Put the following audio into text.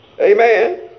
Amen